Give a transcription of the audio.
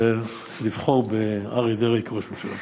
ולבחור באריה דרעי לראש ממשלה.